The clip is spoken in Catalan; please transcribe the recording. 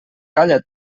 calla